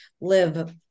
live